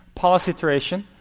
policy iteration.